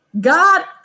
god